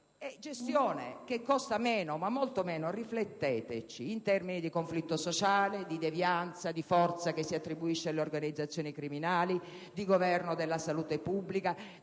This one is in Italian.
gestione che costa molto meno - rifletteteci - in termini di conflitto sociale, di devianza, di forza che si attribuisce alle organizzazioni criminali, di governo della salute pubblica,